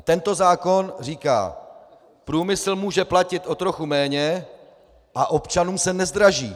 Tento zákon říká průmysl může platit o trochu méně a občanům se nezdraží.